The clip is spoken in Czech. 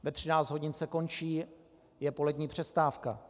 Ve 13 hodin se končí, je polední přestávka.